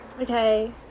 okay